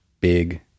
big